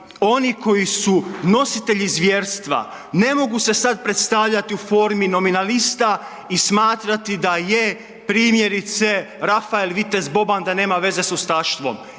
oni koji su nositelji zvjerstva, ne mogu se sad predstavljati u formi nominalista i smatrati da je primjerice Rafael Vitez Boba, da nema veze sa ustaštvom,